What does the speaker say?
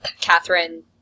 Catherine